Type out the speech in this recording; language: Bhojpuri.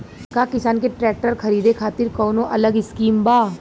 का किसान के ट्रैक्टर खरीदे खातिर कौनो अलग स्किम बा?